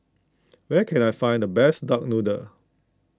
where can I find the best Duck Noodle